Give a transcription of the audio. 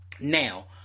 now